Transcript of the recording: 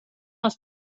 els